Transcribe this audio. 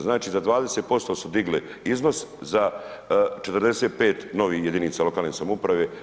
Znači, za 20% su digli iznos za 45 novih jedinica lokalne samouprave.